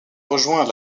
rejoint